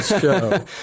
show